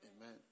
amen